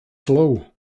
slow